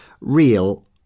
real